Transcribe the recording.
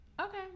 Okay